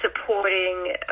supporting